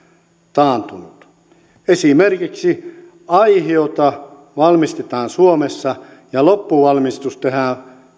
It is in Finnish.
taantunut esimerkiksi aihiota valmistetaan suomessa ja loppuvalmistus tehdään